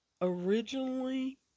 originally